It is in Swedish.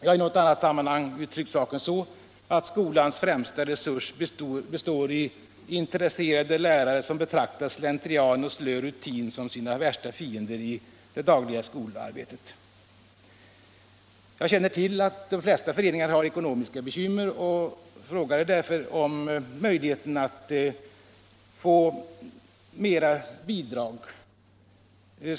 Jag har i ett annat sammanhang uttryckt saken så, att skolans främsta resurs består i intresserade lärare som betraktar slentrian och slö rutin som sina värsta fiender i det dagliga skolarbetet. Jag känner till att de flesta föreningar har ekonomiska bekymmer och frågade därför om möjligheterna att få större bidrag.